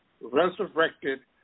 resurrected